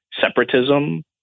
separatism